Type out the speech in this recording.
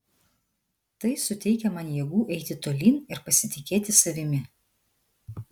tai suteikia man jėgų eiti tolyn ir pasitikėti savimi